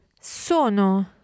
sono